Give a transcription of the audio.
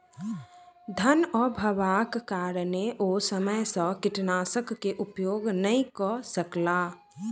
धनअभावक कारणेँ ओ समय सॅ कीटनाशक के उपयोग नै कअ सकला